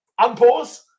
unpause